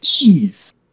ease